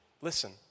listen